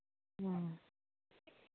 ꯎꯝ